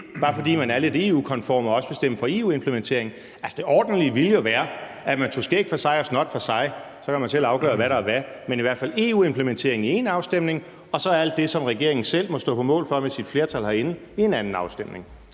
bare fordi man er lidt EU-konform og også vil stemme for EU-implementering. Det ordentlige ville være, at man tog skæg for sig og snot for sig. Så kan man selv afgøre, hvad der er hvad. Men i hvert fald skulle man tage EU-implementering i én afstemning og så alt det, som regeringen selv må stå på mål for med sit flertal herinde, i en anden afstemning.